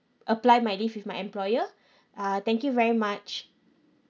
apply my leave with my employer uh thank you very much